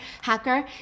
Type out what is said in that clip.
hacker